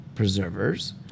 Preservers